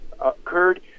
occurred